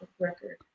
record